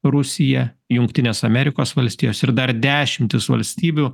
rusija jungtines amerikos valstijos ir dar dešimtys valstybių